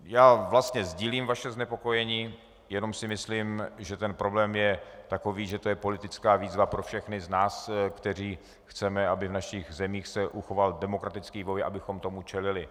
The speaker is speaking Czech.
Já vlastně sdílím vaše znepokojení, jenom si myslím, že ten problém je takový, že je to politická výzva pro všechny z nás, kteří chceme, aby v našich zemích se uchoval demokratický boj, abychom tomu čelili.